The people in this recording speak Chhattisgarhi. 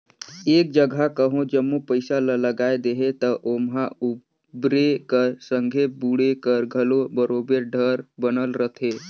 एक जगहा कहों जम्मो पइसा ल लगाए देहे ता ओम्हां उबरे कर संघे बुड़े कर घलो बरोबेर डर बनल रहथे